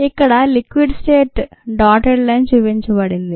ఇక్కడ liquid state dotted line చూపించబడింది